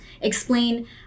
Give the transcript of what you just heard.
explain